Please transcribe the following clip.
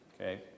okay